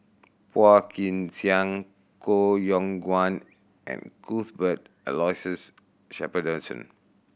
Phua Kin Siang Koh Yong Guan and Cuthbert Aloysius Shepherdson